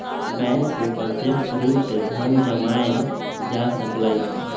bank से प्रत्यक्ष रूप से धन जमा एइल जा सकलई ह